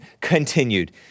continued